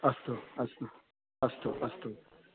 अस्तु अस्तु अस्तु अस्तु